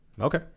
Okay